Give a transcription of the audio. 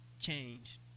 Change